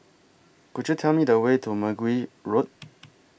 Could YOU Tell Me The Way to Mergui Road